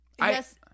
Yes